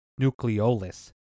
Nucleolus